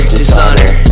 dishonor